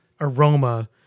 aroma